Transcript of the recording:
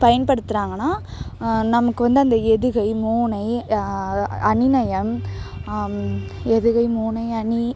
பயன்படுத்துகிறாங்கன்னா நமக்கு வந்து அந்த எதுகை மோனை அணிநயம் எதுகை மோனை அணி